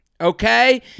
okay